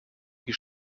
wie